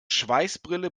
schweißbrille